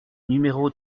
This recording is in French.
numéro